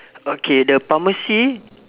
okay the pharmacy